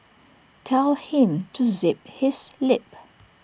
tell him to zip his lip